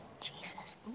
Jesus